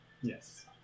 yes